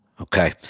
Okay